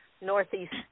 Northeast